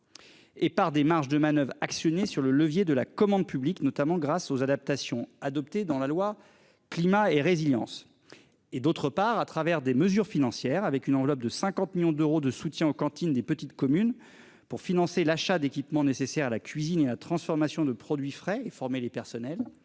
Et par des marges de manoeuvre actionnés sur le levier de la commande publique, notamment grâce aux adaptations adoptés dans la loi climat et résilience et d'autre part, à travers des mesures financières, avec une enveloppe de 50 millions d'euros de soutien aux cantines des petites communes pour financer l'achat d'équipements nécessaires à la cuisine et la transformation de produits frais et former les personnels.